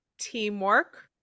teamwork